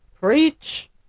Preach